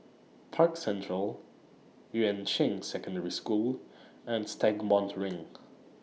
Park Central Yuan Ching Secondary School and Stagmont Ring